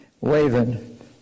waving